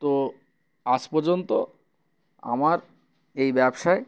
তো আজ পর্যন্ত আমার এই ব্যবসায়